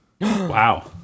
Wow